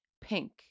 pink